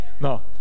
no